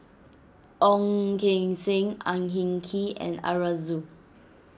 Ong Keng Sen Ang Hin Kee and Arasu